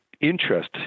interest